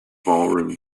ballroom